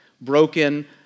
broken